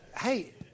hey